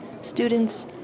students